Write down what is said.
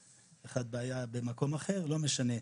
אחד בעיה במקום אחר לא משנה,